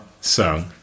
Song